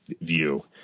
view